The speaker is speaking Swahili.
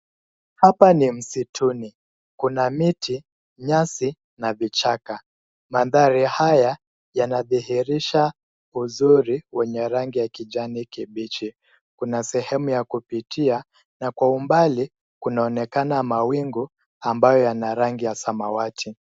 Hapa ni msituni. Kuna miti, nyasi, na vichaka. Mandhari haya yanadhihirisha uzuri wenye rangi ya kijani kibichi. Kuna sehemu ya kupitia, na kwa umbali kunaonekana mawingu ambayo yana rangi ya samawati.